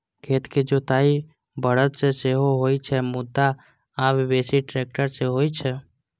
खेतक जोताइ बरद सं सेहो होइ छै, मुदा आब बेसी ट्रैक्टर सं होइ छै